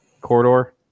Corridor